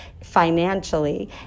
financially